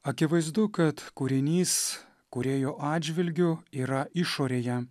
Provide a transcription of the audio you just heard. akivaizdu kad kūrinys kūrėjo atžvilgiu yra išorėje